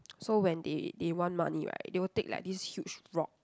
so when they they want money right they will take like this huge rock